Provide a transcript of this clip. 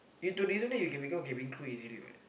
you tourism then you can become cabin crew ready what